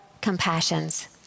compassions